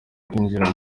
kwinjira